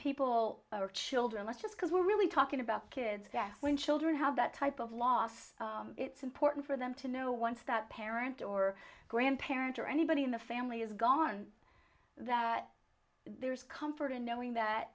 people are children not just because we're really talking about kids gasp when children have that type of loss it's important for them to know once that parent or grandparent or anybody in the family is gone that there's comfort in knowing that